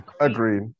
Agreed